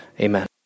Amen